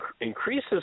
increases